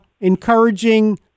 encouraging